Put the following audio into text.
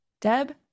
Deb